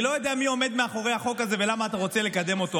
אני לא יודע מי עומד מאחורי החוק הזה ולמה אתה רוצה לקדם אותו,